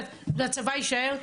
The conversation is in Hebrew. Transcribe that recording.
שהצבא יישאר.